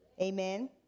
amen